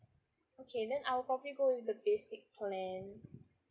okay then I'll probably go with the basic plan